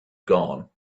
gone